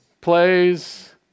Plays